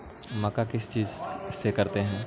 मक्का किस चीज से करते हैं?